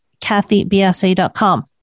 kathybsa.com